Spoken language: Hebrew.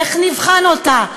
איך נבחן אותה?